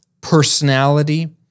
personality